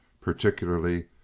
particularly